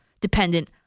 dependent